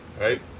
right